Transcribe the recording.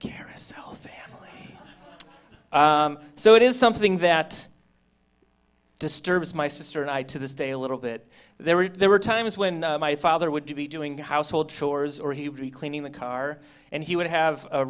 carousel so it is something that disturbs my sister and i to this day a little bit there were there were times when my father would be doing household chores or he would be cleaning the car and he would have a